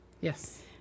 Yes